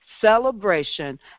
celebration